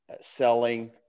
selling